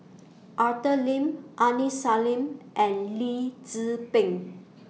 Arthur Lim Aini Salim and Lee Tzu Pheng